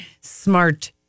smart